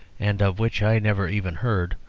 and of which i never even heard,